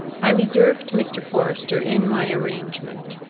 i reserved mr. forester in my arrangement,